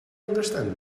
understand